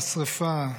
השרפה,